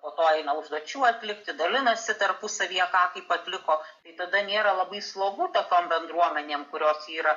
po to eina užduočių atlikti dalinasi tarpusavyje ką kaip atliko tai tada nėra labai slogu tokiom bendruomenėm kurios yra